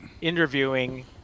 interviewing